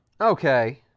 Okay